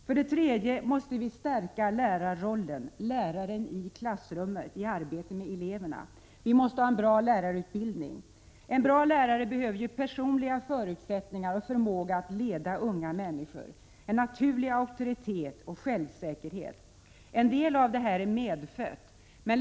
För det tredje: vi måste stärka lärarrollen och ha en bra lärarutbildning. En bra lärare skall ha personliga förutsättningar och förmåga att leda unga människor, naturlig auktoritet och självsäkerhet. En del av detta är medfött.